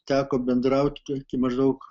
teko bendrauti iki maždaug